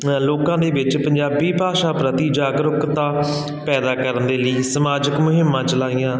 ਲੋਕਾਂ ਦੇ ਵਿੱਚ ਪੰਜਾਬੀ ਭਾਸ਼ਾ ਪ੍ਰਤੀ ਜਾਗਰੂਕਤਾ ਪੈਦਾ ਕਰਨ ਦੇ ਲਈ ਸਮਾਜਿਕ ਮੁਹਿੰਮਾਂ ਚਲਾਈਆਂ